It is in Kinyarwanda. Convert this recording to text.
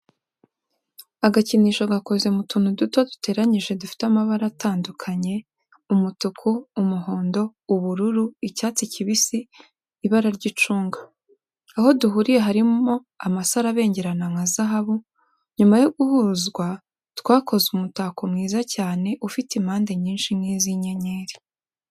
Agakinisho gakoze mu tuntu duto duteranyije dufite amabara atandukanye umutuku, umuhondo, ubururu, icyatsi kibisi, ibarara ry'icunga. aho duhuriye harimo amasaro abengerana nka zahabu, nyuma yo guhuzwa twakoze umutako mwiza cyane ufite impande nyinshi nk'izi' inyenyeri.